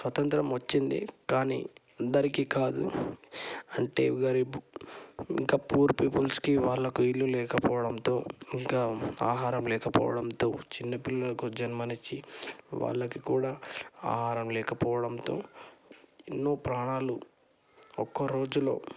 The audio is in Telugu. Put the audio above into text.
స్వతంత్రం వచ్చింది కానీ అందరికీ కాదు అంటే గరీబ్ ఇంకా పూర్ పీపుల్కి వాళ్ళకు ఇల్లు లేకపోవడంతో ఇంకా ఆహారం లేకపోవడంతో చిన్నపిల్లలకు జన్మనిచ్చి వాళ్ళకి కూడా ఆహారం లేకపోవడంతో ఎన్నో ప్రాణాలు ఒక్కరోజులో